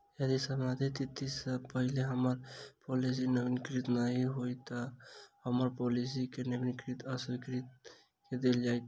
यदि समाप्ति तिथि सँ पहिने हम्मर पॉलिसी नवीनीकृत नहि होइत तऽ की हम्मर पॉलिसी केँ नवीनीकृत सँ अस्वीकृत कऽ देल जाइत?